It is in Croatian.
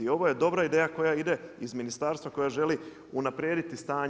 Ovo je dobra ideja koja ide iz ministarstva, koja želi unaprijediti stanje.